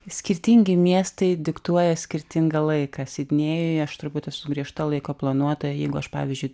skirtingi miestai diktuoja skirtingą laiką sidnėjuje aš turbūt esu griežta laiko planuotoja jeigu aš pavyzdžiui